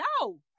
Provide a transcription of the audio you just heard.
No